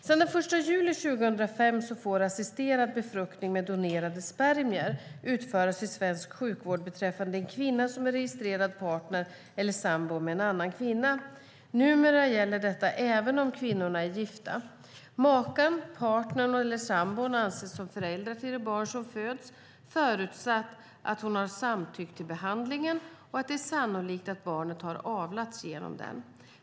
Sedan den 1 juli 2005 får assisterad befruktning med donerade spermier utföras i svensk sjukvård beträffande en kvinna som är registrerad partner eller sambo med en annan kvinna. Numera gäller detta även om kvinnorna är gifta. Makan, partnern eller sambon anses som förälder till det barn som föds, förutsatt att hon har samtyckt till behandlingen och att det är sannolikt att barnet har avlats genom den.